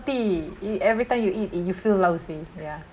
it everytime you eat it you feel lousy ya